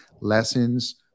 lessons